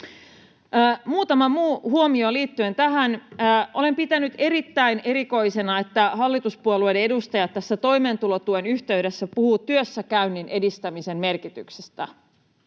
Muutama muu huomio liittyen tähän: Olen pitänyt erittäin erikoisena, että hallituspuolueiden edustajat tässä toimeentulotuen yhteydessä puhuvat työssäkäynnin edistämisen merkityksestä.